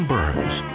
Burns